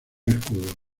escudo